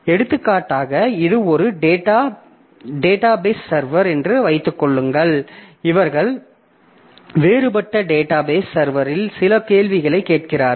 எடுத்துக்காட்டாக இது ஒரு டேட்டாபேஸ் சர்வர் என்று வைத்துக் கொள்ளுங்கள் இவர்கள் வேறுபட்ட டேட்டாபேஸ் சர்வரில் சில கேள்விகளைக் கேட்கிறார்கள்